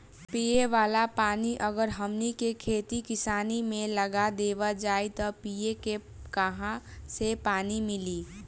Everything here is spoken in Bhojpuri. पिए वाला पानी अगर हमनी के खेती किसानी मे लगा देवल जाई त पिए के काहा से पानी मीली